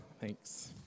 thanks